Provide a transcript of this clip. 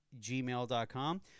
gmail.com